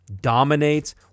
dominates